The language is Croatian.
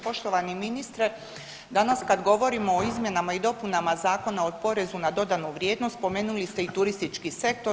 Poštovani ministre, danas kad govorimo o izmjenama i dopunama Zakona o porezu na dodanu vrijednost spomenuli ste i turistički sektor.